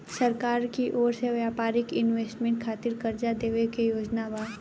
सरकार की ओर से व्यापारिक इन्वेस्टमेंट खातिर कार्जा देवे के योजना बा